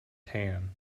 tan